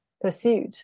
pursuit